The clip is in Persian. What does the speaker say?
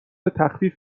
تخفیف